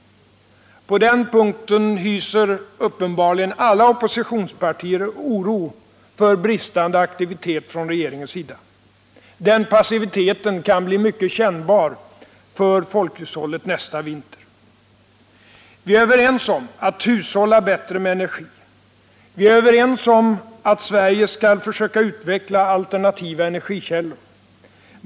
På den punkten hyser uppenbarligen alla oppositionspartier oro för bristande aktivitet från regeringens sida. Den passiviteten kan bli mycket kännbar för folkhushållet nästa vinter. Vi är överens om att hushålla bättre med energi. Vi är överens om att Sverige skall försöka utveckla alternativa energikällor.